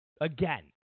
Again